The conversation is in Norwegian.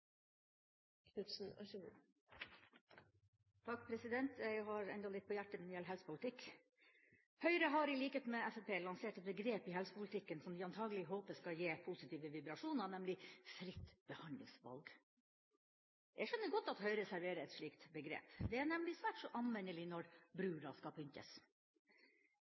Jeg har ennå litt på hjertet når det gjelder helsepolitikk. Høyre har, i likhet med Fremskrittspartiet, lansert et begrep i helsepolitikken som de antakelig håper skal gi positive vibrasjoner, nemlig: fritt behandlingsvalg. Jeg skjønner godt at Høyre serverer et slikt begrep, det er nemlig svært så anvendelig når bruda skal pyntes.